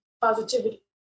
Positivity